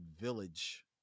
village